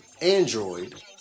Android